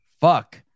Fuck